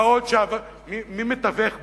מה עוד, שמי מתווך בזה?